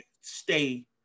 stay